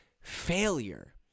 failure